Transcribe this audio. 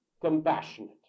compassionate